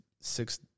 six